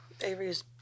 Avery's